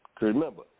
remember